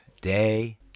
Day